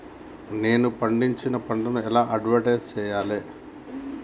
నేను పండించిన పంటను ఎలా అడ్వటైస్ చెయ్యాలే?